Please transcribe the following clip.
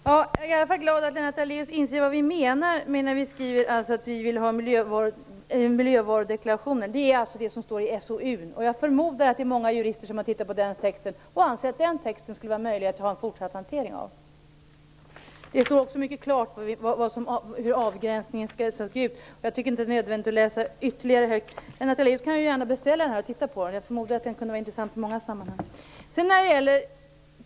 Herr talman! Jag är i alla fall glad att Lennart Daléus inser vad vi menar när vi skriver att vi vill ha miljövarudeklarationer. Det som avses är alltså det som står i SOU. Jag förmodar att många jurister har tittat på den texten och anser att en fortsatt hantering av den texten skulle vara möjligt. Det står också mycket klart hur avgränsningen skall se ut, och jag tycker inte att det är nödvändigt att läsa ytterligare stycken högt. Lennart Daléus kan gärna beställa utredningen och titta på den. Jag förmodar att den kunde vara intressant i många sammanhang.